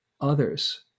others